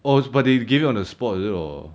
orh but they give you on the spot is it or